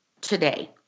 today